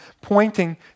pointing